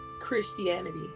Christianity